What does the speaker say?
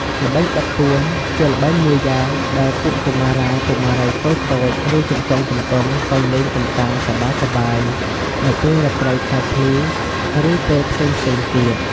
ល្បែងបិទពួន ជាល្បែងមួយយ៉ាងដែលពួកកុមារា កុមារីតូចៗ ឬ ជំទង់ៗតែងលេងកំសាន្ត សប្បាយៗនៅពេលរាត្រីខែភ្លឺ ឬ ពេលផ្សេងៗទៀត។